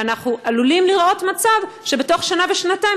ואנחנו עלולים לראות מצב שבתוך שנה ושנתיים